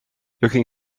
looking